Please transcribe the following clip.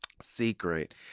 Secret